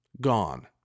gone